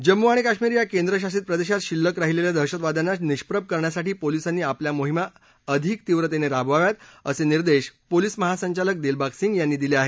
जम्मू आणि काश्मीर या केंद्रशासित प्रदेशात शिल्लक राहिलेल्या दहशतवाद्यांना निष्प्रभ करण्यासाठी पोलिसांनी आपल्या मोहीमा अधिक तीव्रतेनं राबवाव्यात असे निर्देश पोलिस महासंचालक दिलबाग सिंग यांनी दिले आहेत